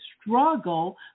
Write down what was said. struggle